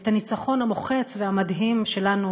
את הניצחון המוחץ והמדהים שלנו